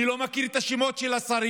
אני לא מכיר את השמות של השרים,